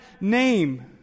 name